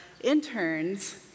interns